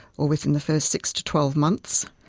or within the first six to twelve months.